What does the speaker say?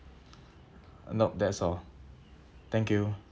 nope that's all thank you